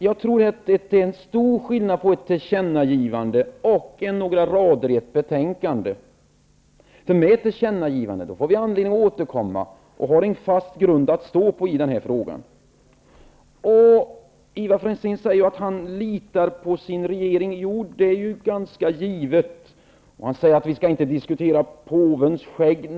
Jag tror att det är en stor skillnad mellan ett tillkännagivande och några rader i ett betänkande. För mig betyder ett tillkännagivande att vi får anledning att återkomma, och att vi har en fast grund att stå på i den här frågan. Ivar Franzén säger att han litar på sin regering. Ja, det är ju ganska givet. Och han säger att vi inte skall diskutera påvens skägg.